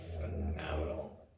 phenomenal